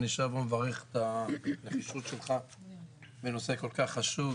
אני שב ומברך את הרגישות שלך בנושא כל כך חשוב.